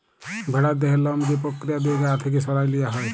ভেড়ার দেহের লম যে পক্রিয়া দিঁয়ে গা থ্যাইকে সরাঁয় লিয়া হ্যয়